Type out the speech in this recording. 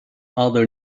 other